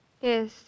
Yes